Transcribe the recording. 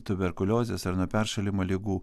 tuberkuliozės ar nuo peršalimo ligų